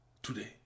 Today